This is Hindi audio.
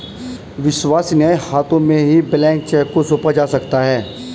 विश्वसनीय हाथों में ही ब्लैंक चेक को सौंपा जा सकता है